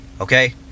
Okay